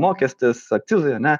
mokestis akcizai ane